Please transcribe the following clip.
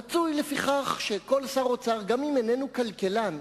רצוי, לפיכך, שכל שר אוצר, גם אם איננו כלכלן,